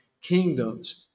kingdoms